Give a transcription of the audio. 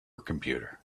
computer